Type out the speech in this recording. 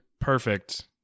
Perfect